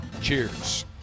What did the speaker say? Cheers